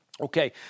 Okay